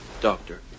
Doctor